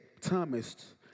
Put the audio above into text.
Thomas